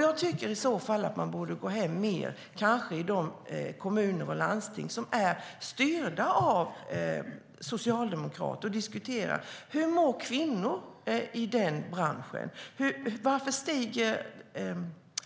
Jag tycker i så fall att man borde gå till de kommuner och landsting som är styrda av socialdemokrater och diskutera hur kvinnor mår i den branschen. Varför stiger